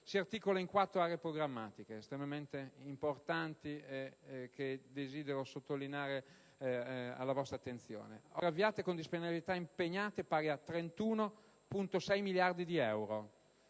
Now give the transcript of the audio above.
si articola in quattro aree programmatiche estremamente importanti che desidero sottoporre alla vostra attenzione: opere avviate, con disponibilità impegnate pari a 31,6 miliardi di euro;